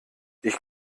ich